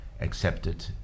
accepted